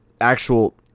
actual